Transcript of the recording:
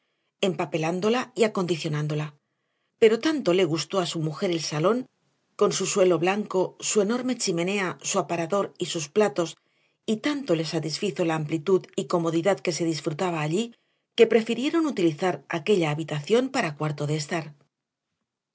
interior empapelándola y acondicionándola pero tanto le gustó a su mujer el salón con su suelo blanco su enorme chimenea su aparador y sus platos y tanto le satisfizo la amplitud y comodidad que se disfrutaba allí que prefirieron utilizar aquella habitación para cuarto de estar